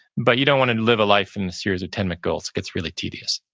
but you don't want to live a life in the series of ten but goals gets really tedious